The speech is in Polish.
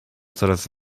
coraz